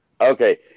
Okay